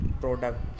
product